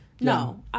No